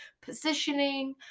positioning